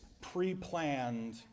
pre-planned